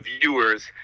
viewers